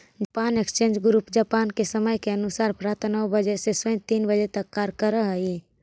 Japan exchange group Japan के समय के अनुसार प्रातः नौ बजे से सायं तीन बजे तक कार्य करऽ हइ